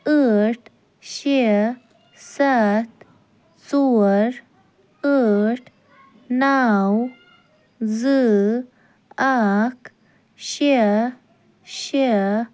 ٲٹھ شےٚ سَتھ ژور ٲٹھ نَو زٕ اکھ شےٚ شےٚ